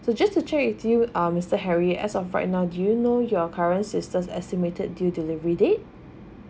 so just to check with you um mister harry as of right now do you know your current sisters estimated due delivery date